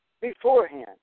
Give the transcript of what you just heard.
beforehand